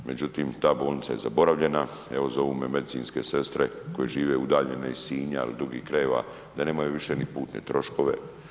Međutim, ta bolnica je zaboravljena, evo zovu me medicinske sestre koje žive udaljene iz Sinja ili drugih krajeva, da nemaju više ni putne troškove.